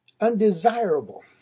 undesirable